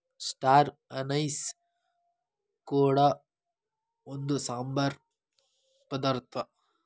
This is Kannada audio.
ಸ್ಟಾರ್ ಅನೈಸ್ ಕೂಡ ಒಂದು ಸಾಂಬಾರ ಪದಾರ್ಥ